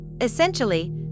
Essentially